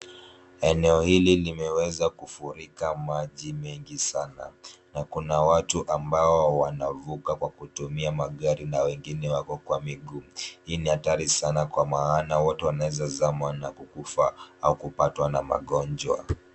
Eneo hili limeweza kufurika maji mengi sana na kuna watu ambao wanavuka kwa kutumia magari na wengine wako kwa miguu. Hii ni hatari sana kwa maana watu wanaweza zama na kukufa au kupatwa na magonjwa.